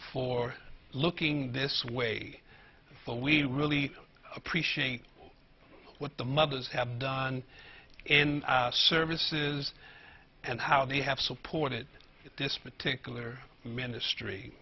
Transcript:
for looking this way for we really appreciate what the mothers have done in services and how they have supported this particular ministry